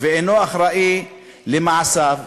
אינו אחראי למעשיו.